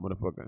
motherfucker